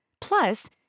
Plus